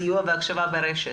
סיוע והקשבה ברשת.